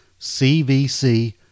CVC